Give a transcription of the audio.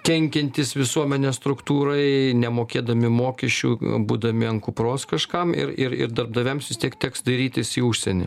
kenkiantys visuomenės struktūrai nemokėdami mokesčių būdami ant kupros kažkam ir ir ir darbdaviams vis tiek teks dairytis į užsienį